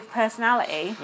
personality